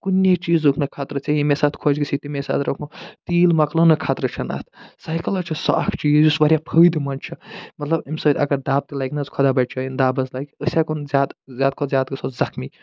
کُنی چیٖزُک نہٕ خطرٕ ژےٚ ییٚمے ساتہٕ خۄش گَژھی تَمے ساتہٕ تیٖل مَکلنُک خطرٕ چھُنہٕ اَتھ سایکل حظ چھُ سُہ اکھ چیٖز یُس وارِیاہ فٲیدٕ مند چھُ مطلب اَمہِ سۭتۍ اگر دب تہِ لگہِ نَہ حظ خۄدا بچٲیِنۍ دَب حظ لگہِ أسۍ ہٮ۪کو نہٕ زیادٕ زیادٕ کھۄت زیادٕ گَژھو زخمی